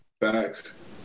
facts